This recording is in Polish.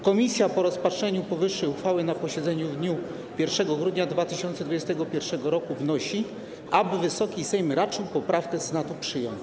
Komisja po rozpatrzeniu powyższej uchwały na posiedzeniu w dniu 1 grudnia 2021 r. wnosi, aby Wysoki Sejm raczył poprawkę Senatu przyjąć.